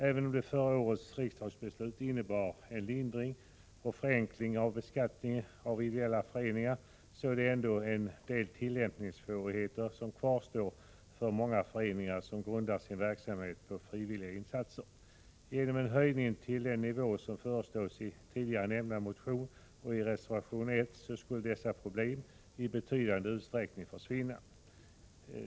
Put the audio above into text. Även om förra årets riksdagsbeslut innebar en lindring och en förenkling av beskattningen av ideella föreningar, kvarstår ändå en del tillämpningssvårigheter för många föreningar som grundar sin verksamhet på frivilliga insatser. Genom en höjning till den nivå som föreslås i nämnda motion och i reservation 1 skulle dessa problem i betydande utsträckning försvinna.